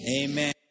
Amen